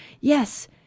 yes